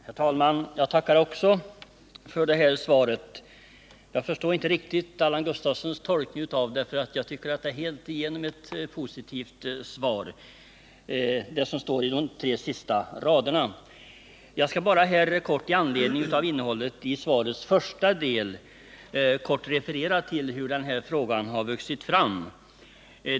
Herr talman! Jag tackar också för det här svaret. Men jag förstår inte riktigt Allan Gustafssons tolkning av det. Jag tycker det alltigenom är ett positivt svar — särskilt det som står i de tre sista raderna. Jag skall bara i anledning av innehållet i svarets första del kort referera hur frågan vuxit fram.